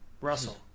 Russell